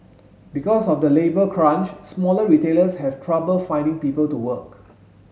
because of the labour crunch smaller retailers have trouble finding people to work